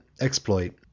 exploit